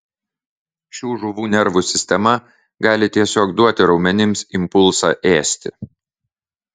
šių žuvų nervų sistema gali tiesiog duoti raumenims impulsą ėsti